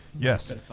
Yes